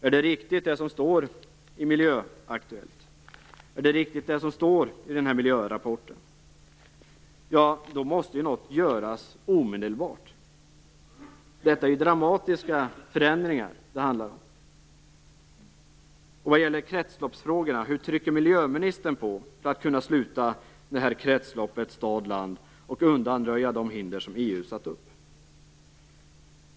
Är det riktigt som det står i Miljöaktuellt och är det riktigt som det står i miljörapporten måste någonting göras omedelbart. Det handlar om dramatiska förändringar. Hur trycker miljöministern på för att kunna sluta kretsloppet stad-land och undanröja de hinder som EU satt upp?